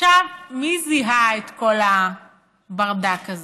מי זיהה את כל הברדק הזה?